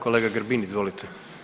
Kolega Grbin, izvolite.